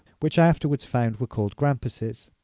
which i afterwards found were called grampusses.